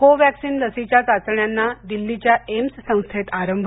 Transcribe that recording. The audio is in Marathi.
कोवॅक्सिन लसीच्या चाचण्यांना दिल्लीच्या एम्स संस्थेत आरंभ